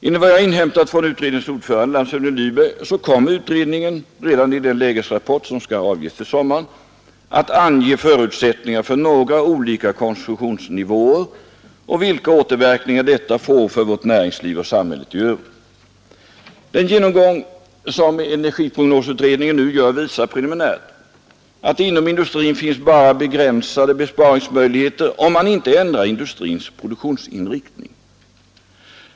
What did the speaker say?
Enligt vad jag inhämtat från utredningens ordförande, landshövding Lyberg, kommer utredningen redan i den lägesrapport som skall avges till sommaren att ange förutsättningarna för några olika konsumtionsnivåer och vilka återverkningar dessa får för vårt näringsliv och samhälle i övrigt. Den genomgång som energiprognosutredningen nu gör visar preliminärt att det inom industrin finns bara begränsade besparingsmöjligheter, om man inte ändrar industrins produktionsinriktning.